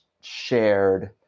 shared